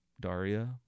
Daria